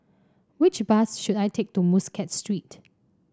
which bus should I take to Muscat Street